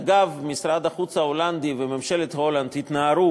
אגב, משרד החוץ ההולנדי וממשלת הולנד התנערו